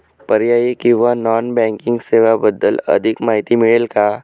पर्यायी किंवा non banking सेवांबद्दल अधिक माहिती मिळेल का?